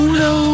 no